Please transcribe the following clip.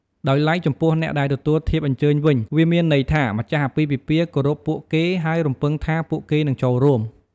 ដោយឡែកចំពោះអ្នកដែលទទួលធៀបអញ្ចើញវិញ វាមានន័យថា ម្ចាស់អាពាហ៍ពិពាហ៍គោរពពួកគេ ហើយរំពឹងថា ពួកគេនឹងចូលរួម។